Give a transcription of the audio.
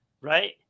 right